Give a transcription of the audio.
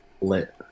Lit